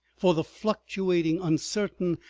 for the fluctuating, uncertain,